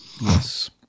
yes